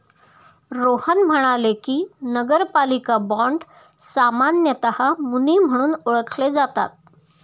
रोहन म्हणाले की, नगरपालिका बाँड सामान्यतः मुनी म्हणून ओळखले जातात